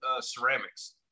Ceramics